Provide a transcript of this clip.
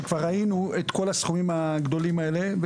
שכבר ראינו את כל הסכומים הגדולים האלה.